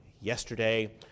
yesterday